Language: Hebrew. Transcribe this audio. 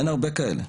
אין הרבה כאלה.